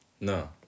No